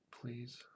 Please